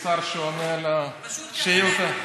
כשר שעונה על השאילתה.